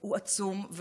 הוא עצום.